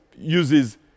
uses